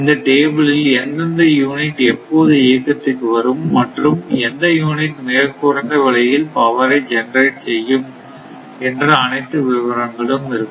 இந்த டேபிளில் எந்தெந்த யூனிட் எப்போது இயக்கத்திற்கு வரும் மற்றும் எந்த யூனிட் மிக குறைந்த விலையில் பவரை ஜெனரேட் செய்யும் என்று அனைத்து விவரங்களும் இருக்கும்